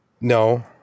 No